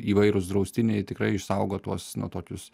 įvairūs draustiniai tikrai išsaugo tuos na tokius